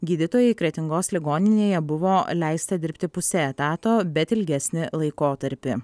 gydytojai kretingos ligoninėje buvo leista dirbti puse etato bet ilgesnį laikotarpį